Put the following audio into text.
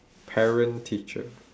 parent teacher